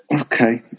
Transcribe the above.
Okay